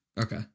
Okay